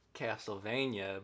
Castlevania